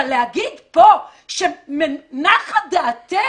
אבל להגיד פה שנחה דעתך?